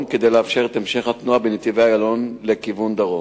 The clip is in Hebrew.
כדי לאפשר את המשך התנועה בנתיבי-איילון לכיוון דרום.